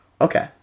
Okay